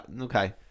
okay